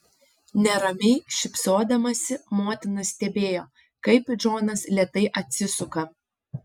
neramiai šypsodamasi motina stebėjo kaip džonas lėtai atsisuka